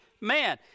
man